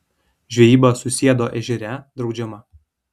žvejyba susiedo ežere draudžiama